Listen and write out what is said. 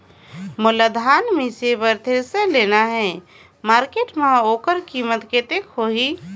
मोला धान मिसे बर थ्रेसर लेना हे मार्केट मां होकर कीमत कतेक होही?